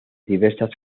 diversas